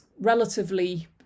relatively